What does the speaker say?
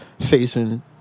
facing